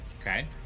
Okay